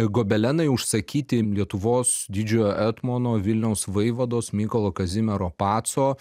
gobelenai užsakyti lietuvos didžiojo etmono vilniaus vaivados mykolo kazimiero paco